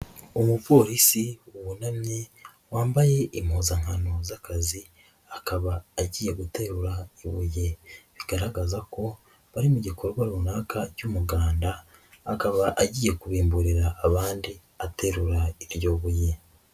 Umuporisi wunamye, wambaye impuzankano z'akazi akaba agiye guterura ibuye bigaragaza ko bari mu gikorwa runaka cy'umuganda, akaba agiye kubimburira abandi aterura iryo buye.